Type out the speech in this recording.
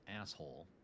asshole